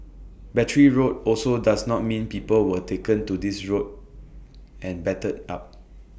Battery Road also does not mean people were taken to this road and battered up